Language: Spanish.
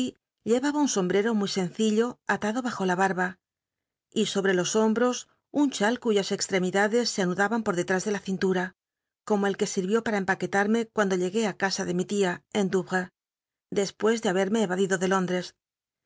llevaba un sombrero muy sencillo atado bajo la barba y sobre los hombros un chal cuyas extremidades se anudaban por detrás de la cintma como el que sivió para empaquetarme cuando llegué á casa de mi tia en douvres despues de babeme evadido de lóndres